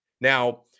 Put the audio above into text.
Now